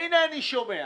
והנה אני שומע